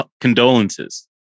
condolences